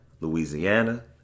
Louisiana